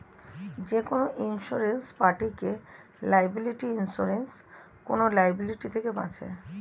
যেকোনো ইন্সুরেন্স পার্টিকে liability insurance কোন লায়াবিলিটি থেকে বাঁচায়